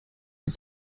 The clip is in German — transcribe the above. ist